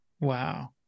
Wow